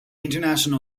international